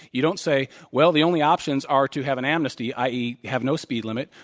you don't say, well, the only options are to have an amnesty, i. e, have no speed limit,